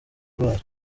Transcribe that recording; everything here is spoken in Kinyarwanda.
gloire